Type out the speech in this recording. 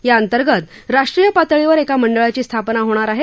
याअंतर्गत राष्ट्रीय पातळीवर एका मंडळाची स्थापना करण्यात येणार आहे